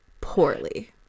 poorly